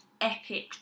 epic